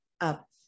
up